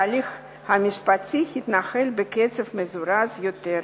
ההליך המשפטי התנהל בקצב מזורז יותר.